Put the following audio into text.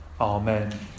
Amen